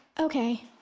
Okay